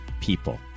people